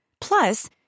Plus